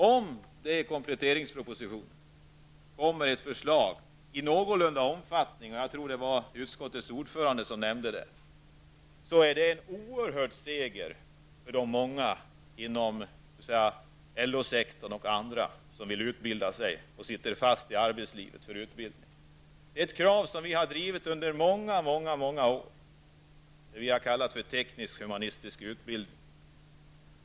Om det i kompletteringspropositionen kommer ett förslag av någorlunda omfattning -- jag tror att utskottets ordförande nämnde detta -- innebär det en oerhörd seger för de många människor inom LO-sektorn och på andra håll som vill utbilda sig men sitter fast i arbetslivet. Det är ett krav som vi har drivit under många år. Vi har kallat det för teknisk-humanistisk utbildning.